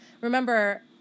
Remember